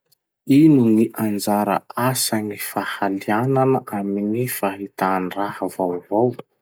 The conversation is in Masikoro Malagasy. Ino gny anjara asan'ny fahalianana aminn'y fahitan-draha vaovao?